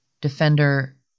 defender